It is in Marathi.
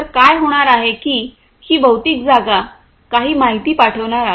तर काय होणार आहे की ही भौतिक जागा काही माहिती पाठविणार आहे